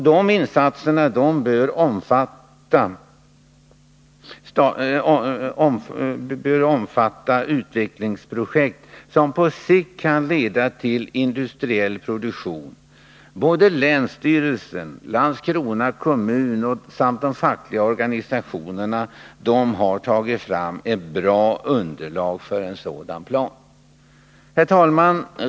De insatserna bör omfatta utvecklingsprojekt som på sikt kan leda till industriell produktion. Såväl länsstyrelsen och Landskrona kommun som de fackliga organisationerna har tagit fram ett bra underlag för en sådan plan. Herr talman!